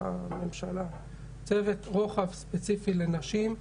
צוות רוחב ספציפי לנשים,